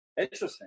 Interesting